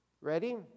Ready